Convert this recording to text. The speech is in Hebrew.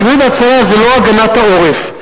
פינוי והצלה זה לא הגנת העורף,